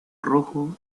rojo